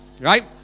right